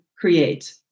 create